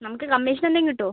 നമുക്ക് കമ്മീഷൻ എന്തേലും കിട്ടുമോ